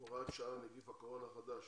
(הוראת שעה נגיף הקורונה החדש)